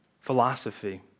philosophy